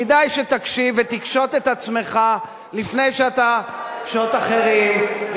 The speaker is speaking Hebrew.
כדאי שתקשיב ותקשוט את עצמך לפני שתקשוט אחרים.